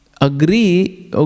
agree